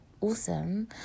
awesome